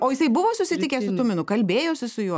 o jisai buvo susitikęs su tuminu kalbėjosi su juo